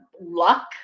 luck